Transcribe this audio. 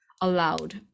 allowed